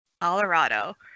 Colorado